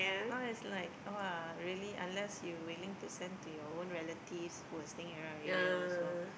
now it's like !wah! really unless you willing to send to your own relatives who are staying around the area also